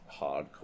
hardcore